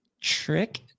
trick